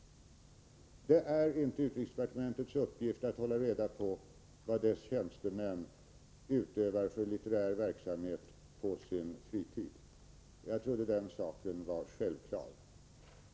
Det är inte utrikesdepartementets uppgift att hålla reda på vad dess tjänstemän utövar för litterär verksamhet på sin fritid. Jag trodde den saken var självklar.